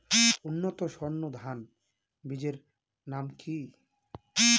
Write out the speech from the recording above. উন্নত সর্ন ধান বীজের নাম কি?